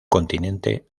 continente